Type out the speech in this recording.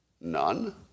None